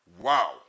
Wow